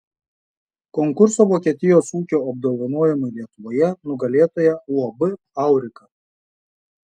konkurso vokietijos ūkio apdovanojimai lietuvoje nugalėtoja uab aurika